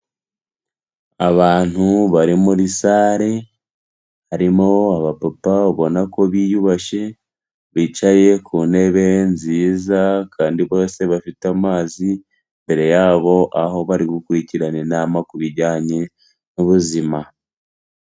Abantu bari muri sare harimo aba papa ubona ko biyubashye bicaye ku ntebe nziza, kandi bose bafite amazi imbere yabo aho bari gukurikirana inama kubi bijyanye n'ubuzima.